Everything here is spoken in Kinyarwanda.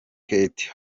kate